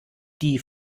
die